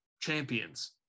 champions